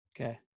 Okay